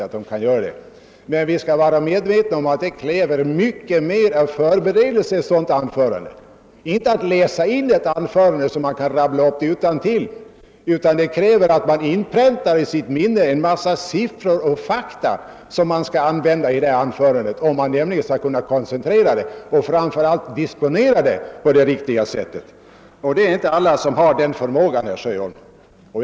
Men vi skall vara medvetna om att sådana anföranden kräver mycket mer av förberedelser, inte genom att man läser in anförandet och kan läsa upp det utantill, utan genom att man inpräntar i sitt minne en mängd siffror och fakta som gör det möjligt att koncentrera och framför allt disponera anförandet på det riktiga sättet. Och det är inte alla som har den förmågan, herr Sjöholm.